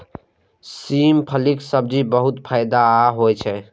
सेम फलीक सब्जी बहुत फायदेमंद होइ छै